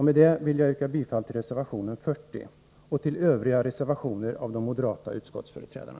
Med detta vill jag yrka bifall till reservationen 40 och till övriga reservationer av de moderata utskottsledamöterna.